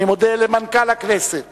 אני מודה למנכ"ל הכנסת